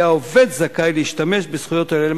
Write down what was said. יהיה העובד זכאי להשתמש בזכויות האלה.